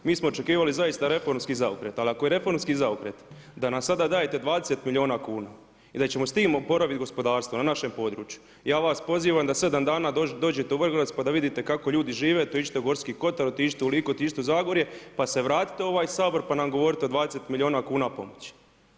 Mi smo očekivali zaista reformski zaokret, ali ako je reformski zaokret, da nam sada dajete 20 milijuna kuna i da ćemo s tim oporavit gospodarstvo na našem području, ja vas pozivam da 7 dana dođete u Vrgorac pa da vidite kako ljudi žive te otiđite u Gorski Kotar, otiđite u Liku, otiđite u Zagorje pa se vratite u ovaj Sabor pa nam govorite o 20 milijuna kuna pomoći.